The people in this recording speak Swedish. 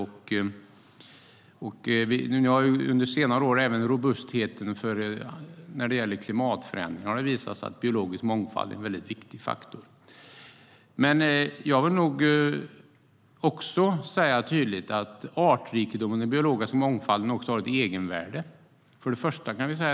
För robustheten när det gäller klimatförändringar har det under senare år visat sig att biologisk mångfald är en väldigt viktig faktor. Artrikedomen och den biologiska mångfalden har också ett egenvärde.